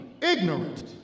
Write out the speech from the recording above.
ignorant